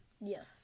Yes